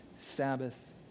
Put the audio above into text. Sabbath